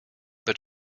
that